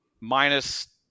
Minus